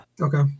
Okay